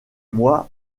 moi